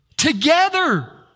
together